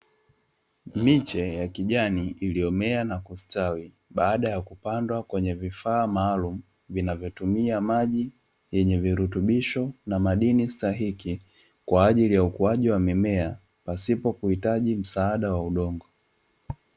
Miche ya kijani iliyomea na kustawi, baada ya kupandwa kwenye vifaa maalumu, vinavyotumia maji yenye virutubisho na madini stahiki, kwa ajili ya ukuaji wa mimea pasipo kuhitaji msaada wa udongo.